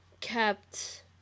kept